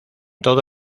todo